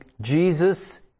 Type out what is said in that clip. Jesus